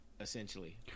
essentially